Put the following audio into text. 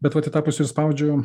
bet vat į tą pusę ir spaudžiu